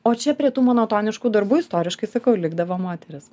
o čia prie tų monotoniškų darbų istoriškai sakau likdavo moterys